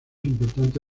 importante